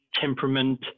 temperament